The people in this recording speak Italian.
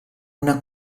una